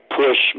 push